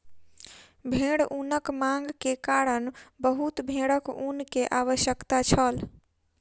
भेड़ ऊनक मांग के कारण बहुत भेड़क ऊन के आवश्यकता छल